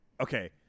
Okay